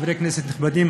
חברי כנסת נכבדים,